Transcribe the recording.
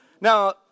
Now